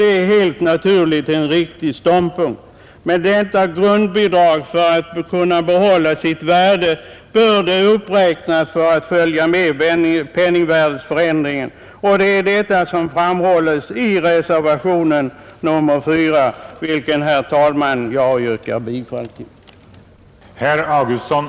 Det är helt naturligt en riktig ståndpunkt. Men för att behålla sitt värde bör detta grundbidrag uppräknas för att följa penningvärdeförändringen. Det är detta som framhålles i reservationen 4 vid punkten 33 vilken, herr talman, jag yrkar bifall till.